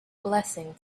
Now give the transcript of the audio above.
blessing